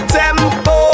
tempo